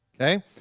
Okay